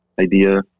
idea